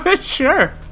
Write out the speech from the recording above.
Sure